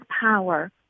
power